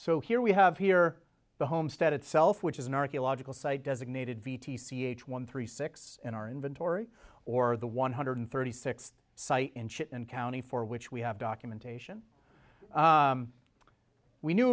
so here we have here the homestead itself which is an archaeological site designated v t c h one three six in our inventory or the one hundred thirty six site in shit and county for which we have documentation we knew